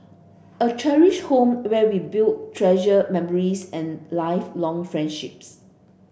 a cherished home where we build treasured memories and lifelong friendships